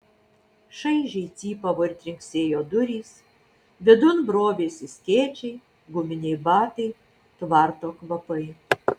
šaižiai cypavo ir trinksėjo durys vidun brovėsi skėčiai guminiai batai tvarto kvapai